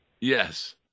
Yes